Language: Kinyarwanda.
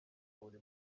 buri